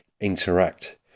interact